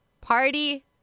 party